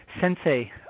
Sensei